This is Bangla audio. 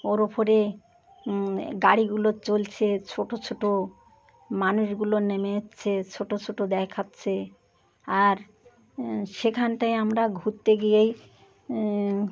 ওর ওপরে গাড়িগুলো চলছে ছোট ছোট মানুষগুলো নেমে যাচ্ছে ছোট ছোট দেখাচ্ছে আর সেখানটায় আমরা ঘুরতে গিয়েই